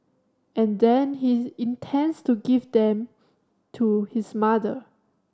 and then he intends to give them to his mother